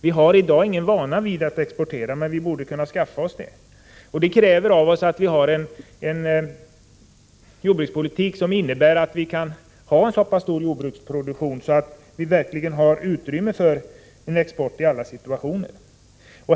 Vi har i dag ingen vana vid export, men vi borde kunna skaffa oss det. Det kräver då av oss en jordbrukspolitik som innebär att vi får en så stor jordbruksproduktion att vi verkligen har utrymme för export i alla situationer.